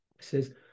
says